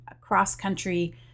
cross-country